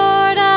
Lord